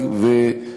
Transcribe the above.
בו,